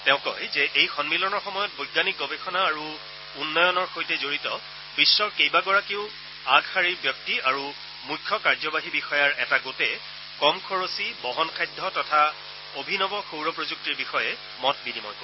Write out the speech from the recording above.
তেওঁ কয় যে এই সন্মিলনৰ সময়ত বৈজ্ঞানিক গৱেষণা আৰু উন্নয়নৰ সৈতে জড়িত বিশ্বৰ কেইবাগৰাকীও আগশাৰীৰ ব্যক্তি আৰু মুখ্য কাৰ্যবাহী বিষয়াৰ এটা গোটে কম খৰচী বহনসাধ্য তথা অভিনৱ সৌৰ প্ৰযুক্তিৰ বিষয়ে মত বিনিময় কৰিব